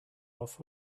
off